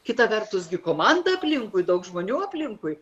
kita vertus gi komanda aplinkui daug žmonių aplinkui